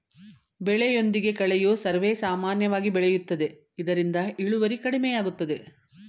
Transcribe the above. ಬೆಳೆಯೊಂದಿಗೆ ಕಳೆಯು ಸರ್ವೇಸಾಮಾನ್ಯವಾಗಿ ಬೆಳೆಯುತ್ತದೆ ಇದರಿಂದ ಇಳುವರಿ ಕಡಿಮೆಯಾಗುತ್ತದೆ